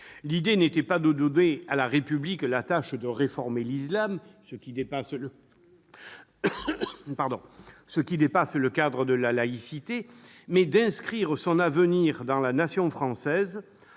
guidait n'était pas de donner à la République la tâche de réformer l'islam- cela dépasserait le cadre de la laïcité -, mais d'inscrire l'avenir de ce culte dans la nation française